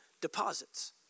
deposits